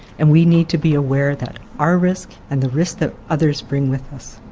and we need to be aware that our risk and the risk that others bring with us.